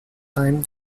time